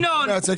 ינון, ינון.